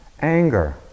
Anger